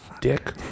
Dick